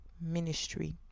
ministry